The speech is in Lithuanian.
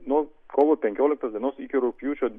nuo kovo penkioliktos dienos iki rugpjūčio